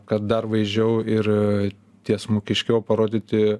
kad dar vaizdžiau ir tiesmukiškiau parodyti